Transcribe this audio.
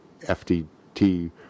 FDT